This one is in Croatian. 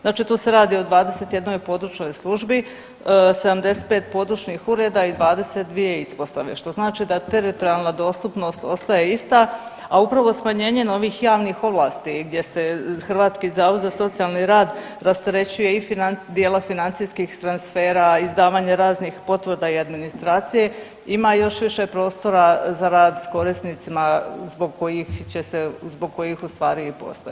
Znači tu se radi o 21 područnoj službi, 75 područnih ureda i 22 ispostave, što znači da teritorijalna dostupnost ostaje ista, a upravo smanjenje novih javnih ovlasti gdje se hrvatski zavod za socijalni rad rasterećuje i dijela financijskih transfera, izdavanja raznih potvrda i administracije, ima još više prostora za rad s korisnicima zbog kojih će se, zbog kojih ustvari i postoje.